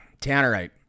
tannerite